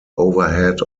overhead